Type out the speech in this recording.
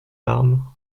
larmes